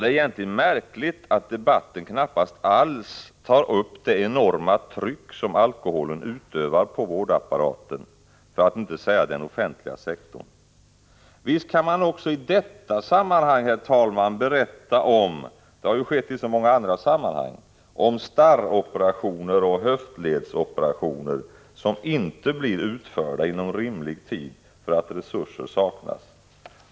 Det är egentligen märkligt att debatten knappast alls tar upp det enorma tryck som alkoholen utövar på vårdapparaten, för att inte säga den offentliga sektorn. Visst kan man också i det sammanhanget berätta — det har ju skett i så många andra sammanhang — om starroperationer och höftledsoperationer som inte blir utförda inom rimlig tid därför att resurser saknas.